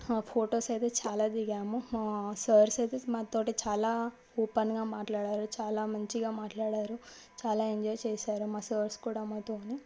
ఆ ఫోటోస్ అయితే చాలా దిగాము సార్స్ అయితే మాతో చాలా ఓపెన్గా మాట్లాడారు చాలా మంచిగా మాట్లాడారు చాలా ఎంజాయ్ చేశారు మా సార్స్ కూడా మాతో